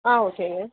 ஆ ஓகேங்க